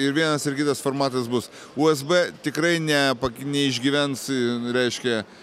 ir vienas ir kitas formatas bus usb tikrai ne neišgyvensi reiškia